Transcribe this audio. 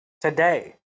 today